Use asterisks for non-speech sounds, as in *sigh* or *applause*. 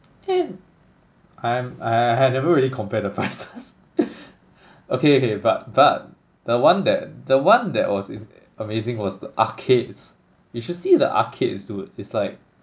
and I'm I I never really compared the prices *laughs* okay okay but but the one that the one that was in~ amazing was the arcades you should see the arcades dude it's like